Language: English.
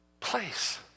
Place